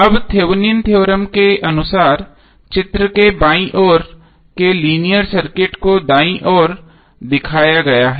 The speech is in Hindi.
अब थेवेनिन थ्योरम Thevenins theorem के अनुसार चित्र के बाईं ओर के लीनियर सर्किट को दायीं ओर दिखाया गया है